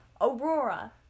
Aurora